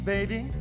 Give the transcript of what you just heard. Baby